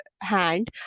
hand